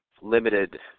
limited